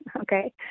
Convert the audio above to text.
Okay